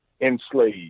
enslaved